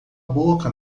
boca